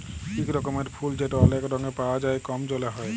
ইক রকমের ফুল যেট অলেক রঙে পাউয়া যায় কম জলে হ্যয়